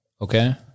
okay